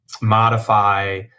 modify